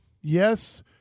yes